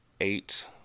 eight